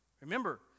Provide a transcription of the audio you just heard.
Remember